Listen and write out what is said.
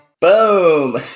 Boom